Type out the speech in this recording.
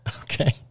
Okay